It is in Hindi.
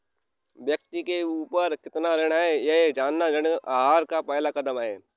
व्यक्ति के ऊपर कितना ऋण है यह जानना ऋण आहार का पहला कदम है